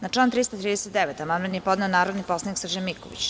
Na član 339. amandman je podneo narodni poslanik Srđan Miković.